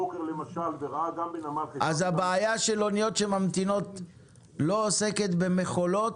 אז הבעיה של אוניות שממתינות לא עוסקת במכולות,